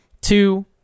two